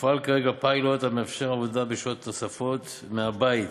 מופעל כרגע פיילוט המאפשר עבודה בשעות נוספות מהבית,